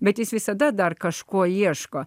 bet jis visada dar kažko ieško